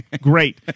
Great